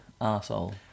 asshole